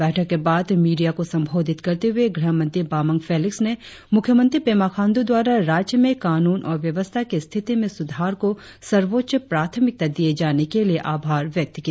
बैठक के बाद मीडिया को संबोधित करते हुए गृह मंत्री बामंग फेलिक्स ने मुख्यमंत्री पेमा खाण्डू द्वारा राज्य में कानून और व्यवस्था की स्थिति में सुधार को सर्वोच्च प्राथमिकता दिये जाने के लिए आभार व्यक्त किया